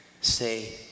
say